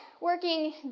working